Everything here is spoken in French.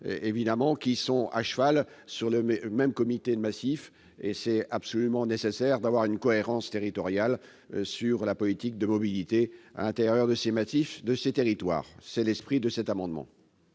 collectivités soient à cheval sur le même comité de massif. Il est absolument nécessaire d'avoir une cohérence territoriale pour la politique de mobilité à l'intérieur de ces massifs. Tel est l'esprit de cet amendement.